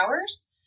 hours